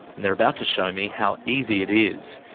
and they're about to show me how easy it is.